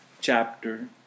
chapter